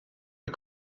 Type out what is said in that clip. the